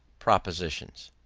propositions.